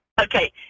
Okay